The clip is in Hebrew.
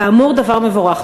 כאמור, זה דבר מבורך.